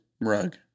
rug